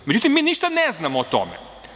Međutim, mi ništa ne znamo o tome.